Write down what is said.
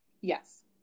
Yes